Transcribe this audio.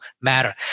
matter